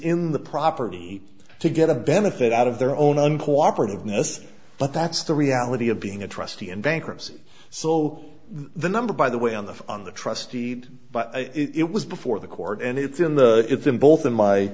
in the property to get a benefit out of their own uncooperativeness but that's the reality of being a trustee invent currency so the number by the way on the on the trust deed but it was before the court and it's in the if in both in my